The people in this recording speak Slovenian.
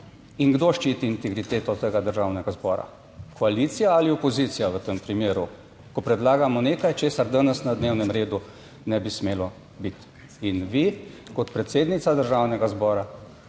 in kdo ščiti integriteto tega Državnega zbora, koalicija ali opozicija, v tem primeru, ko predlagamo nekaj, česar danes na dnevnem redu ne bi smelo biti. In vi kot predsednica Državnega zbora